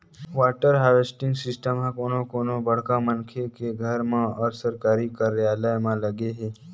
water harvesting system ह कोनो कोनो बड़का मनखे के घर म अउ सरकारी कारयालय म लगे हे